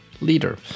leader